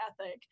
ethic